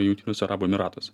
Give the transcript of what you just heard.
jungtinius arabų emyratus